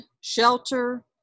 shelter